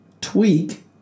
tweak